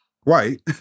white—